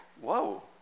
whoa